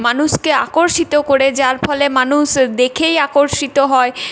মানুষকে আকর্ষিত করে যার ফলে মানুষ দেখেই আকর্ষিত হয়